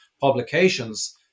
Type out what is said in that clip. publications